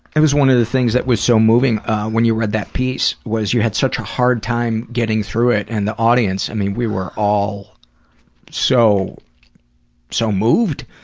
it was one of the things that was so moving when you read that piece. you had such a hard time getting through it and the audience. i mean we were all so so moved